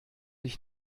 ich